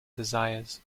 desires